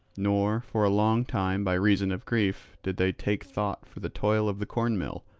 nor for a long time by reason of grief did they take thought for the toil of the cornmill,